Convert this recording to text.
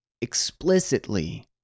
explicitly